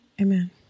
Amen